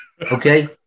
Okay